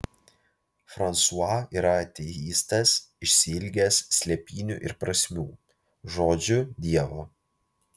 fransua yra ateistas išsiilgęs slėpinių ir prasmių žodžiu dievo